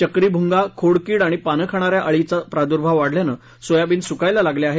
चक्रीभृगा खोडकीड आणि पाने खाणाऱ्या अळीचा प्रार्दृभाव वाढल्याने सोयाबीन सुकायला लागले आहे